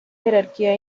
jerarquía